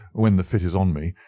when the fit is on me,